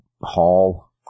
hall